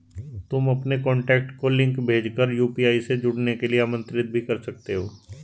तुम अपने कॉन्टैक्ट को लिंक भेज कर यू.पी.आई से जुड़ने के लिए आमंत्रित भी कर सकते हो